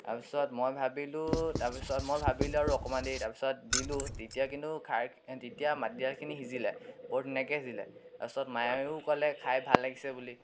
তাৰপিছত মই ভাবিলোঁ তাৰপিছত মই ভাবিলোঁ আৰু অকণমান দেৰি তাৰছপিত দিলোঁ তেতিয়া কিন্তু খাৰ তেতিয়া মাটিদাইলখিনি সিজিলে বৰ ধুনীয়াকৈ সিজিলে তাৰপিছত মায়েও ক'লে খাই ভাল লাগিছে বুলি